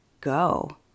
go